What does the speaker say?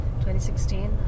2016